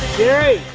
jerry,